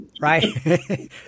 right